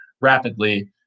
rapidly